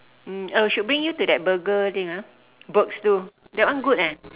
mm oh should bring you to that burger thing ah burgs itu that one good eh